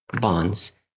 bonds